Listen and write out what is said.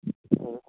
ꯎꯝ